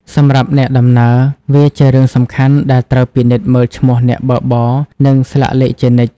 សម្រាប់អ្នកដំណើរ វាជារឿងសំខាន់ដែលត្រូវពិនិត្យមើលឈ្មោះអ្នកបើកបរ និងស្លាកលេខជានិច្ច។